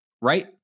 right